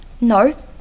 No